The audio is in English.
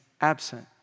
absent